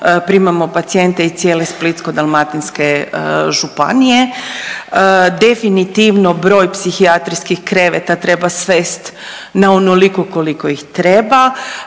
primamo pacijente i cijele Splitsko-dalmatinske županije. Definitivno broj psihijatrijskih kreveta treba svest na onoliko koliko ih treba.